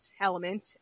element